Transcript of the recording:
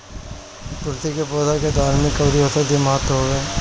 तुलसी के पौधा के धार्मिक अउरी औषधीय महत्व हवे